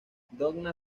donna